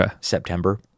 September